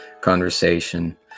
conversation